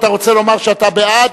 אתה רוצה לומר שאתה בעד?